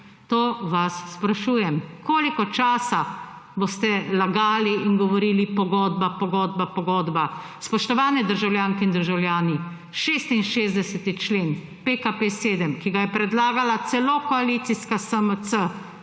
To vas sprašujem. Koliko časa boste lagali in govorili pogodba, pogodba, pogodba? Spoštovani državljanke in državljani, 66. člen PKP 7, ki ga je predlagala celo koalicijska SMC